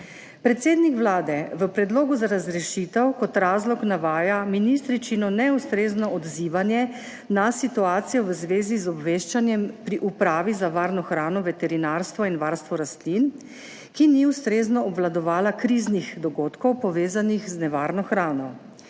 Predsednik Vlade v predlogu za razrešitev kot razlog navaja ministričino neustrezno odzivanje na situacijo v zvezi z obveščanjem pri Upravi za varno hrano, veterinarstvo in varstvo rastlin, ki ni ustrezno obvladovala kriznih dogodkov, povezanih z nevarno hrano,